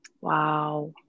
Wow